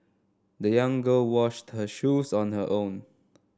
the young girl washed her shoes on her own